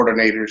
coordinators